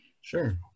Sure